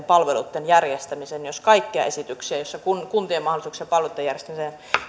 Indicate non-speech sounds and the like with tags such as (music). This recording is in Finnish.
(unintelligible) palveluitten järjestämisessä jos kaikkia esityksiä kuntien taloudellisista mahdollisuuksista palveluitten järjestämiseen